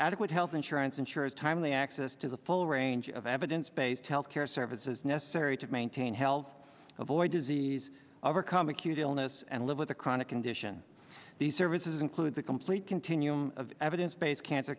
adequate health insurance insurers timely access to the full range of evidence based health care services necessary to maintain health avoid disease overcome acute illness and live with a chronic condition the services include the complete continuum of evidence based cancer